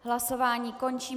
Hlasování končím.